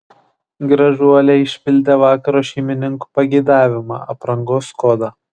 gražuolė išpildė vakaro šeimininkų pageidavimą aprangos kodą